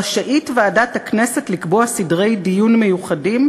רשאית ועדת הכנסת לקבוע סדרי דיון מיוחדים,